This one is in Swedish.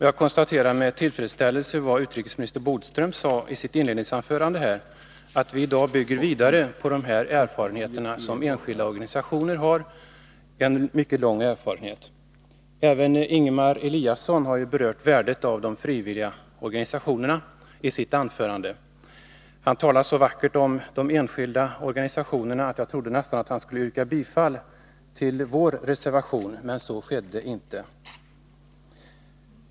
Jag konstaterar med tillfredsställelse vad utrikesminister Bodström sade i sitt inledningsanförande, nämligen att vi bygger vidare på den långa erfarenhet som enskilda organisationer har. Även Ingemar Eliasson berörde isitt anförande värdet av de frivilliga organisationerna. Han talade så vackert om de enskilda organisationerna att jag nästan trodde att han skulle yrka bifall till vår reservation. Men så skedde inte.